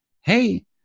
hey